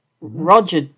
Roger